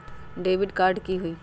Debit card की होई?